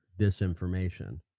disinformation